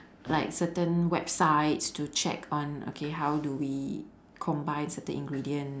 like certain websites to check on okay how do we combine certain ingredients